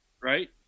Right